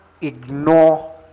ignore